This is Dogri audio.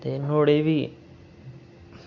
एह् नुहाड़े ई बी